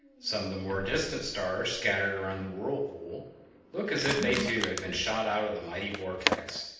some of the more distant stars scattered around the whirlpool' look as if they too had been shot out of the mighty vortex,